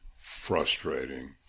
frustrating